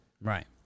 Right